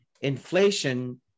Inflation